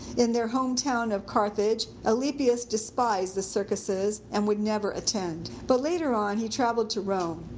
in their hometown of carthage, alypius despised the circuses and would never attend. but later on he traveled to rome.